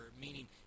meaning